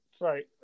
Right